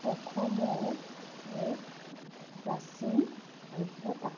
অসমৰ এক প্ৰাচীন সভ্যতা